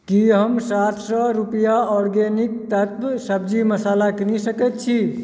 की हम सात सए रूपैआक आर्गेनिक तत्त्व सब्जी मसाला कीनि सकैत छी